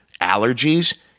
allergies